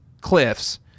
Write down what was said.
cliffs